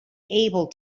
able